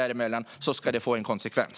Det ska oavsett leda till en konsekvens.